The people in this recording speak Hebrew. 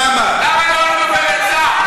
למה לא על דובר צה"ל.